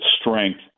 strength